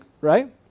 right